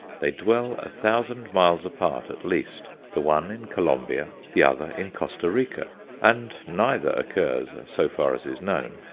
they dwell a thousand miles apart at least, the one in colombia, the other in costa rica and neither occurs, so far as is known,